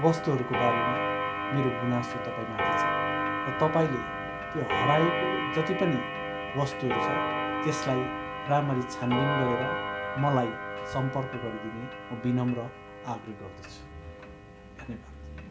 वस्तुहरूको बारेमा मेरो गुनासो तपाईँ माथि छ र तपाईँले त्यो हराएको जति पनि बस्तुहरू छ त्यसलाई राम्ररी छानबिन गरेर मलाई सम्पर्क गरिदिने म विनम्र आग्रह गर्दछु धन्यवाद